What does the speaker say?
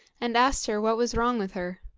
and asked her what was wrong with her.